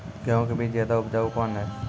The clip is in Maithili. गेहूँ के बीज ज्यादा उपजाऊ कौन है?